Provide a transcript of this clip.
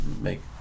make